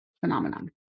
phenomenon